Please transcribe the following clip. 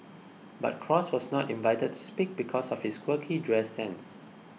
but cross was not invited to speak because of his quirky dress sense